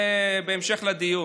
זה, בהמשך לדיון.